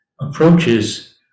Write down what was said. Approaches